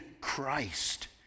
Christ